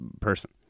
person